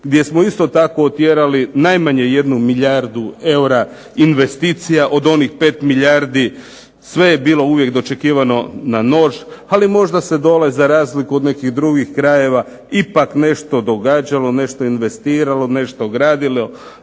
gdje smo isto tako otjerali najmanje 1 milijardu eura investicija od onih 5 milijardi. Sve je bilo uvijek dočekivano na nož, ali možda se dole za razliku od nekih drugih krajeva ipak nešto događalo, nešto investiralo nešto gradilo.